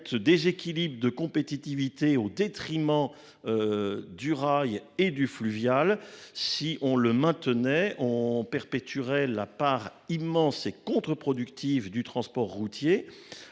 net déséquilibre de compétitivité au détriment du rail et du fluvial. Le maintenir perpétuerait la part immense et contre productive du transport routier.